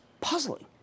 puzzling